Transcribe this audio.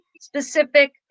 specific